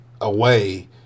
away